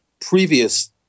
previous